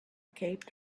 cape